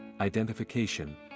identification